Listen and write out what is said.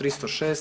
306.